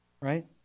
Right